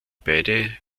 beide